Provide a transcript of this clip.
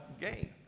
game